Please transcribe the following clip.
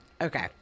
okay